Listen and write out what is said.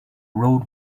road